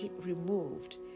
removed